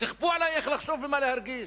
תכפו עלי איך לחשוב ומה להרגיש?